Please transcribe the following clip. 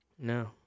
No